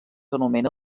anomena